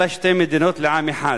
אלא שתי מדינות לעם אחד.